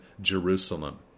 Jerusalem